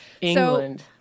England